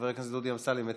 (הגבלת פעילות והוראות נוספות) (תיקון מס' 9),